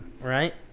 right